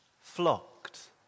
flocked